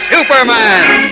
Superman